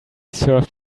served